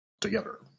together